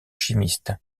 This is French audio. chimiste